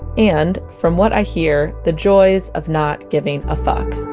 and, from what i hear, the joys of not giving a fuck